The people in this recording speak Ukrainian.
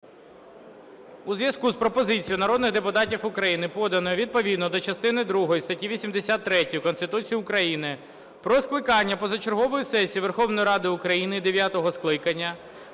У зв'язку з пропозицією народних депутатів України, поданої відповідно до частини другої статті 83 Конституції України, про скликання позачергової сесії Верховної ради України дев'ятого скликання,